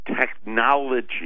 technology